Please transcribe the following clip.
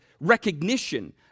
recognition